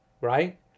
right